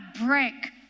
break